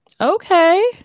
Okay